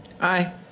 Aye